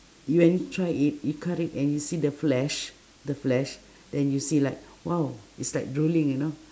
y~ when you try it you cut it and you see the flesh the flesh then you see like !wow! it's like drooling you know